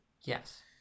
yes